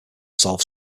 solve